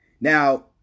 Now